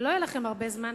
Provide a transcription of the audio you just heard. ולא יהיה לכם הרבה זמן,